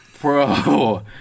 Bro